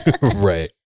Right